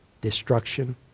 destruction